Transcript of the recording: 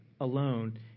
alone